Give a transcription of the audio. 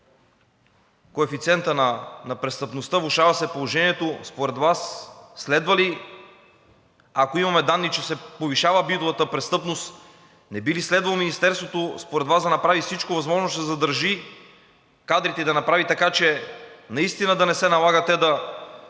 коефициентът на престъпността, влошава се положението. Според Вас следва ли, ако имаме данни, че се повишава битовата престъпност, не би ли следвало министерството според Вас да направи всичко възможно, за да задържи кадрите и да направи така, че наистина да не се налага те да